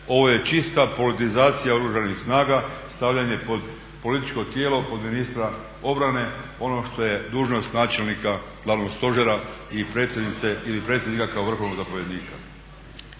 ovo je čista politizacija Oružanih snaga i stavljanje političkog tijela pod ministra ono što je dužnost načelnika Glavnog stožera i predsjednice ili predsjednika kao vrhovnog zapovjednika.